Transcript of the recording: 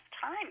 time